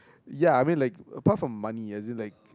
ya I mean like apart from money as in like